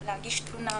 להגיש תלונה,